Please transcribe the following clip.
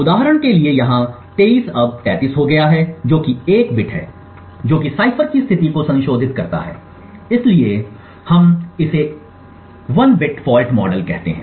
उदाहरण के लिए यहाँ 23 अब 33 हो गया है जो कि 1 बिट है जो कि साइफर की स्थिति को संशोधित करता है इसलिए हम इसे एक बिट फॉल्ट मॉडल कहते हैं